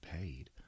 paid